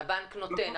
הבנק נותן.